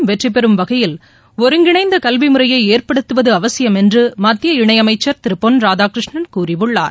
அகில வெற்றிபெறும் வகையில் ஒருங்கிணைந்தகல்விமுறையைஏற்படுத்துவதுஅவசியம் என்றுமத்திய இணையமைச்சர் திருபொன் ராதாகிருஷ்ணன் கூறியுள்ளார்